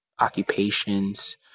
occupations